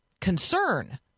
concern